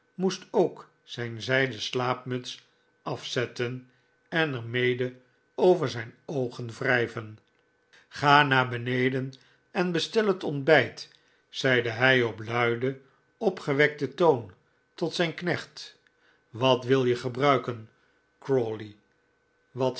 moest ook zijn zijden slaapmuts afzetten en er mede over zijn oogen wrijven ga naar beneden en bestel het ontbijt zeide hij op luiden opgewekten toon tot zijn knecht wat wil je gebruiken